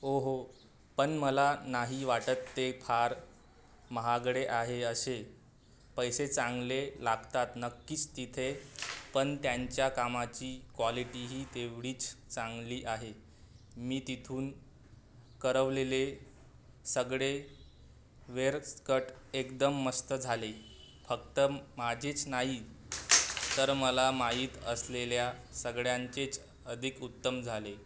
ओहो पण मला नाही वाटत ते फार महागडे आहे असे पैसे चांगले लागतात नक्कीच तिथे पण त्यांच्या कामाची क्वालिटी ही तेवढीच चांगली आहे मी तिथून करवलेले सगळे वेर स्कट एकदम मस्त झाले फक्त माझीच नाही तर मला माहीत असलेल्या सगळ्यांचीच अधिक उत्तम झाले